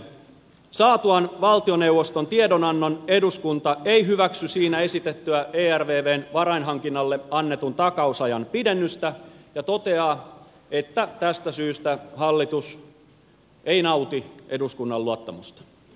saatuaan valtioneuvoston tiedonannon eduskunta ei hyväksy siinä esitettyä ervvn varainhankinnalle annetun takausajan pidennystä ja toteaa että tästä syystä hallitus ei nauti eduskunnan luottamusta